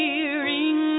Hearing